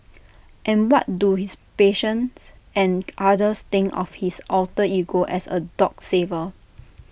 and what do his patients and others think of his alter ego as A dog saver